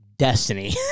Destiny